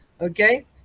Okay